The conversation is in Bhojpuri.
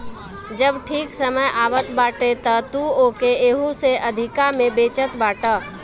जब ठीक समय आवत बाटे तअ तू ओके एहू से अधिका में बेचत बाटअ